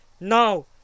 Now